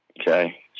Okay